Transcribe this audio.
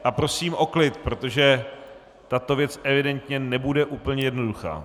A prosím o klid, protože tato věc evidentně nebude úplně jednoduchá.